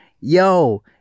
yo